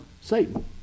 Satan